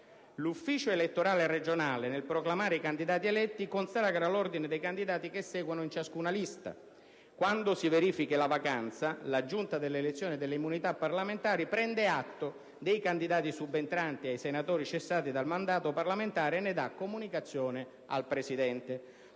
l'ufficio elettorale regionale, nel proclamare i candidati eletti, consacra l'ordine dei candidati che seguono in ciascuna lista elettorale; che, quando si verifichi la vacanza, la Giunta delle elezioni e delle immunità parlamentari prende atto dei candidati subentranti ai senatori cessati dal mandato parlamentare e ne dà comunicazione al Presidente;